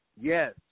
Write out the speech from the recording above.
yes